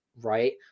right